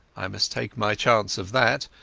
i must take my chance of that,